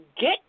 Get